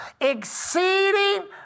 exceeding